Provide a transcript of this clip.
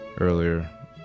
earlier